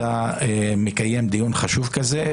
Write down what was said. על קיום הדיון החשוב הזה,